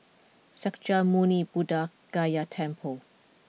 Sakya Muni Buddha Gaya Temple